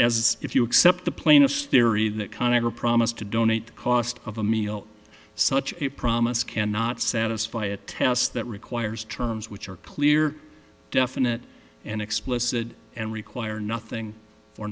as if you accept the plaintiff's theory that con agra promise to donate the cost of a meal such a promise cannot satisfy a test that requires terms which are clear definite and explicit and require nothing for